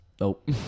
Nope